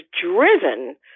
driven